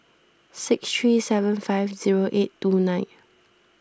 six three seven five zero eight two nine